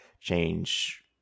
change